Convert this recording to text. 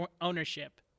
ownership